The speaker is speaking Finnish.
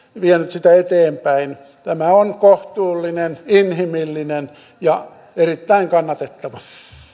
sitä eteenpäin tämä on kohtuullinen inhimillinen ja erittäin kannatettava